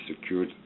secured